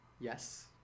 Yes